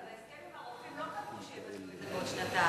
אבל בהסכם עם הרופאים לא קבעו שיבטלו את זה בעוד שנתיים.